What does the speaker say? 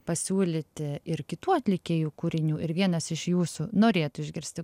pasiūlyti ir kitų atlikėjų kūrinių ir vienas iš jūsų norėtų išgirsti